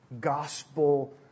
gospel